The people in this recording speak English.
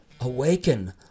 Awaken